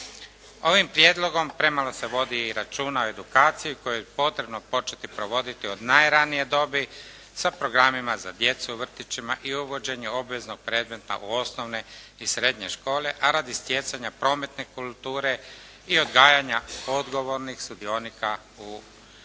Ovim prijedlogom premalo se vodi računa o edukaciji koju je potrebno početi provoditi od najranije dobi sa programima za djecu u vrtićima i uvođenju obveznog predmeta u osnovne i srednje škole, a radi stjecanja prometne kulture i odgajanja odgovornih sudionika u prometu.